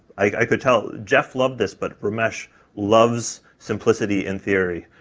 i could tell jeff loved this but ramesh loves simplicity in theory,